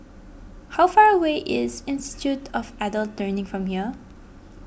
how far away is Institute of Adult Learning from here